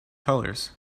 colors